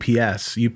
UPS